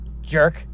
Jerk